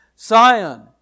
Sion